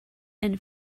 and